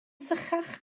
sychach